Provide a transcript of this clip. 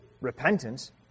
repentance